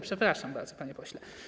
Przepraszam bardzo, panie pośle.